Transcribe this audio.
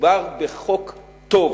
מדובר בחוק טוב,